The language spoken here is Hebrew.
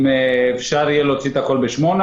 אם אפשר יהיה להוציא הכול ב-08:00,